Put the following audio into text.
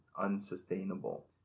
unsustainable